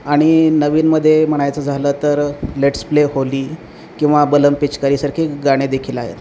आणि नवीनमध्ये म्हणायचं झालं तर लेट्स प्ले होली किंवा बलम पिचकरीसारखी गाणे देखील आहेत